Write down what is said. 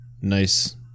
nice